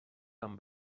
amb